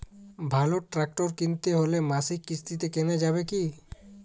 ভালো ট্রাক্টর কিনতে হলে মাসিক কিস্তিতে কেনা যাবে কি?